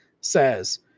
says